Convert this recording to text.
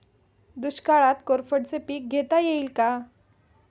दुष्काळात कोरफडचे पीक घेता येईल का?